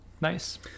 nice